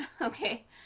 Okay